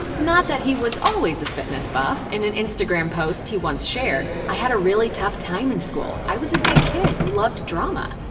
not that he was always a fitness buff. in an instagram post, he once shared i had a really tough time in school. i was a big kid who loved drama.